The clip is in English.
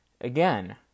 Again